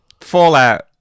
fallout